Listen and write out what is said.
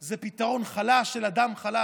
זה פתרון חלש של אדם חלש.